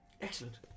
Excellent